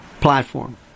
platform